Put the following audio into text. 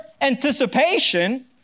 anticipation